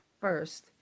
first